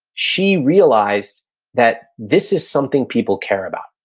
she realized that this is something people care about.